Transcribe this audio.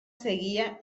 seguia